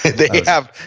they have,